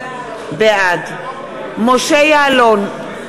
בעד משה יעלון,